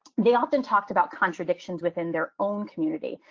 they often talked about contradictions within their own community.